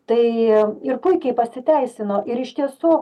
tai ir puikiai pasiteisino ir iš tiesų